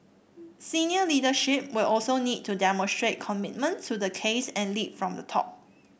senior leadership will also need to demonstrate commitment to the case and lead from the top